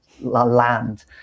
land